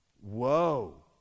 Whoa